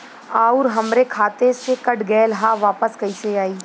आऊर हमरे खाते से कट गैल ह वापस कैसे आई?